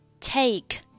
take